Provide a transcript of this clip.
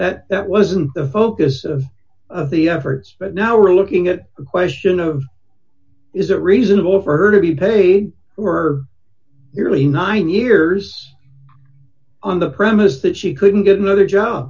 that that wasn't the focus of the efforts but now we're looking at the question of is a reasonable overt to be paid we're nearly nine years on the premise that she couldn't get another job